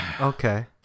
Okay